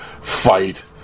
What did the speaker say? fight